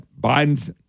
Biden's